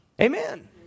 Amen